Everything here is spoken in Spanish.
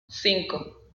cinco